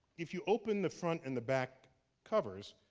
if you open the front and the back covers,